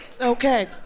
Okay